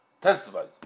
Testifies